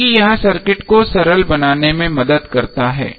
क्योंकि यह सर्किट को सरल बनाने में मदद करता है